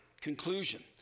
conclusion